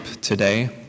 today